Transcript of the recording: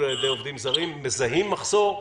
על ידי עובדים זרים מזהים מחסור?